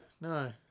no